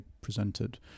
presented